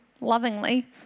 lovingly